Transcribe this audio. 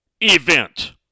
event